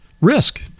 Risk